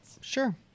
sure